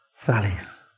valleys